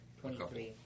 Twenty-three